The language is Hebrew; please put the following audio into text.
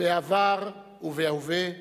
בעבר ובהווה,